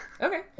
Okay